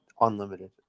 unlimited